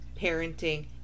parenting